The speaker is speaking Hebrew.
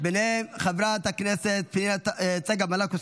ביניהן חברת הכנסת צגה מלקו,